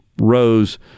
Rose